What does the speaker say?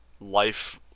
life